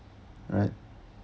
alright